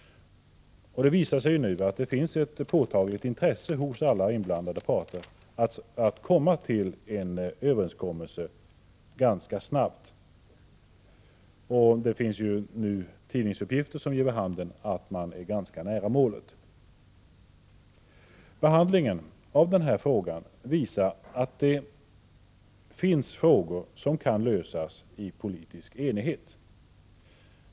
Det visar sig nu att det finns ett påtagligt intresse hos alla inblandade parter för att komma till en överenskommelse ganska snabbt. Tidningsuppgifter ger vid handen att man är ganska nära målet. Behandlingen av denna fråga visar att det finns frågor som kan lösas i politisk enighet.